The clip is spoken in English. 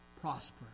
prosper